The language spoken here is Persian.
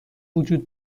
وجود